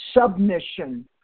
submission